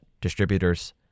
distributors